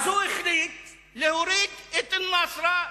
אז הוא החליט להוריד את "אל-נצרא",